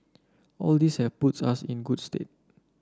all these have puts us in good stead